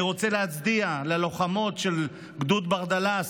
אני רוצה להצדיע ללוחמות של גדוד ברדלס,